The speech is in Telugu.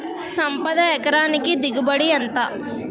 సంపద ఎకరానికి దిగుబడి ఎంత?